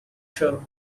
show